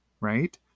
right